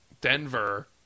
Denver